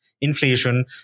inflation